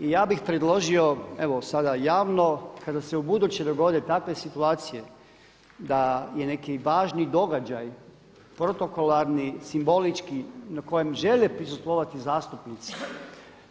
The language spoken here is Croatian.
I ja bih predložio evo sada javno kada se ubuduće dogode takve situacije da je neki važni događaj protokolarni, simbolički na kojem žele prisustvovati zastupnici